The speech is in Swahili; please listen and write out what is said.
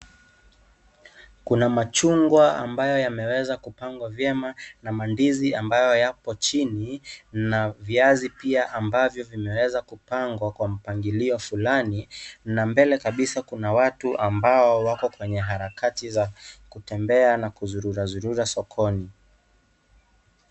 Kuna machungwa ambayo yameweza kupangwa vyema na mandizi ambayo yapo chini. Na viazi pia ambavyo vimeweza kupangwa kwa mpangilio fulani na mbele kabisa kuna watu ambao wako kwenye harakati za kutembea na kuzururazurura sokoni.